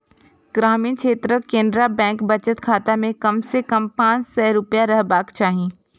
ग्रामीण क्षेत्रक केनरा बैंक बचत खाता मे कम सं कम पांच सय रुपैया रहबाक चाही